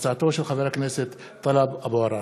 תודה.